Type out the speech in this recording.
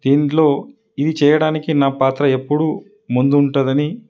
దీంట్లో ఇది చేయడానికి నా పాత్ర ఎప్పుడూ ముందు ఉంటుందని